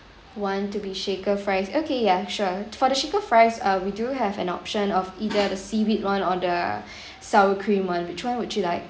one to be shaker fries okay ya sure for the shaker fries uh we do have an option of either the seaweed [one] the sour cream [one] which [one] would you like